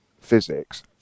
physics